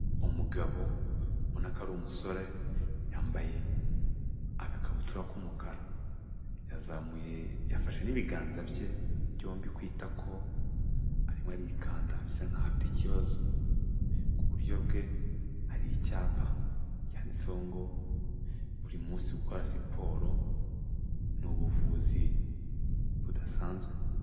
Umugabo ubona ko ari umusore yambaye agakabutura k'umukara, yazamuye yafashe n'ibiganza bye byombi ku itako arimo arikanda bisa nkaho afite ikibazo, ku buryo bwe hari icyapa cyanditseho ngo buri munsi gukora siporo ni ubuvuzi budasanzwe.